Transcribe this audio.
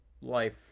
life